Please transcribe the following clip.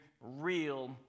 real